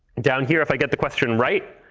down here, if i get the question right,